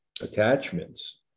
attachments